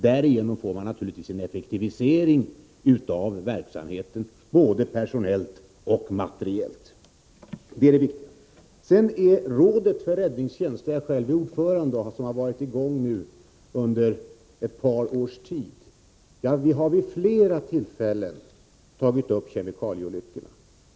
Därigenom får man naturligtvis en effektivisering av verksamheten både personellt och materiellt. I rådet för räddningstjänst, där jag själv är ordförande och som har verkat under ett par års tid, har vi vid flera tillfällen tagit upp kemikalieolyckorna.